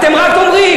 אתם רק אומרים.